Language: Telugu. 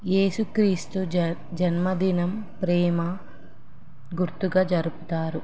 యేసుక్రీస్తు జ జన్మదినం ప్రేమ గుర్తుగా జరుపుతారు